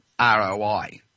ROI